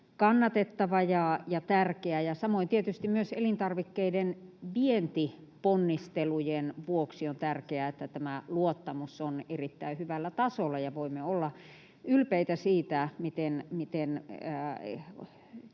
kannatettava ja tärkeä. Samoin tietysti myös elintarvikkeiden vientiponnistelujen vuoksi on tärkeää, että tämä luottamus on erittäin hyvällä tasolla ja voimme olla ylpeitä siitä, miten